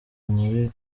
muri